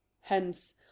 Hence